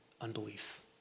unbelief